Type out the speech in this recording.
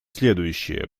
следующее